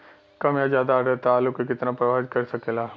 कम या ज्यादा आद्रता आलू के कितना प्रभावित कर सकेला?